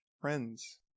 friends